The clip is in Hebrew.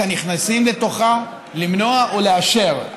את הנכנסים לתוכה, למנוע או לאשר.